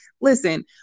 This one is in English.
listen